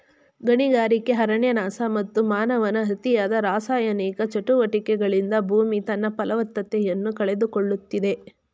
ಗಣಿಗಾರಿಕೆ, ಅರಣ್ಯನಾಶ, ಮತ್ತು ಮಾನವನ ಅತಿಯಾದ ರಾಸಾಯನಿಕ ಚಟುವಟಿಕೆಗಳಿಂದ ಭೂಮಿ ತನ್ನ ಫಲವತ್ತತೆಯನ್ನು ಕಳೆದುಕೊಳ್ಳುತ್ತಿದೆ